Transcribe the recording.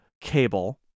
cable